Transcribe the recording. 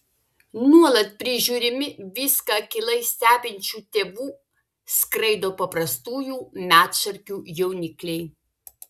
nuolat prižiūrimi viską akylai stebinčių tėvų skraido paprastųjų medšarkių jaunikliai